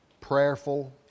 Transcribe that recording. prayerful